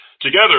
Together